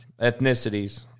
ethnicities